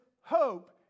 hope